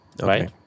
right